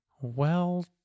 well-